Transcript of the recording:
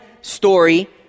story